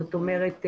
זאת אומרת,